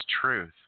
truth